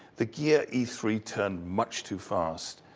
the gear e three turned much too fast.